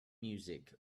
music